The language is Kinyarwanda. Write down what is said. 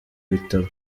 bitabo